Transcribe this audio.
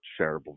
shareable